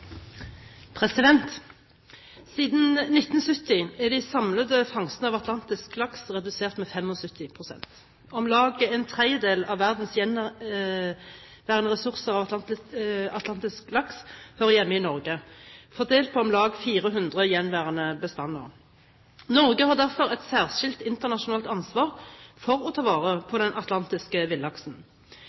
Siden 1970 er de samlede fangstene av atlantisk laks redusert med 75 pst. Om lag en tredjedel av verdens ressurser av atlantisk laks hører hjemme i Norge, fordelt på om lag 400 gjenværende bestander. Norge har derfor et særskilt internasjonalt ansvar for å ta vare på den atlantiske villaksen.